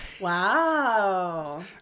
Wow